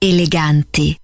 Eleganti